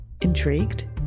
Intrigued